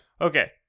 Okay